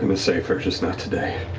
to save her, just not today.